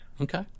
Okay